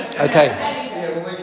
okay